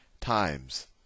times